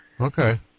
Okay